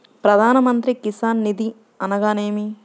ప్రధాన మంత్రి కిసాన్ నిధి అనగా నేమి?